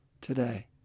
today